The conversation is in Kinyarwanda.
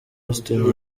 austin